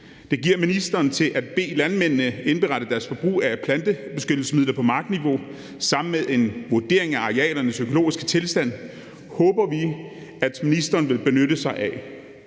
det giver ministeren til at bede landmændene indberette deres forbrug af plantebeskyttelsesmidler på markniveau, sammen med en vurdering af arealernes økologiske tilstand håber vi at ministeren vil benytte sig af.